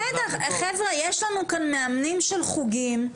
בטח, חבר'ה, יש לנו כאן מאמנים של חוגים,